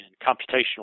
computational